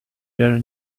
their